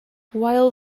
while